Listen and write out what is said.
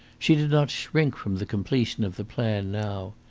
she did not shrink from the completion of the plan now.